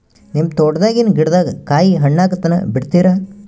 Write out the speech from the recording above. ನಿಮ್ಮ ತೋಟದಾಗಿನ್ ಗಿಡದಾಗ ಕಾಯಿ ಹಣ್ಣಾಗ ತನಾ ಬಿಡತೀರ?